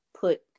put